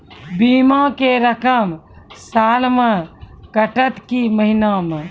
बीमा के रकम साल मे कटत कि महीना मे?